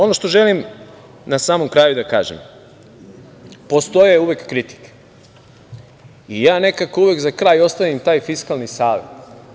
Ono što želim na samom kraju da kažem, postoje uvek kritike i nekako uvek za kraj ostavim taj Fiskalni savet.